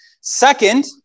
Second